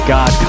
God